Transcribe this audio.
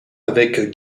avec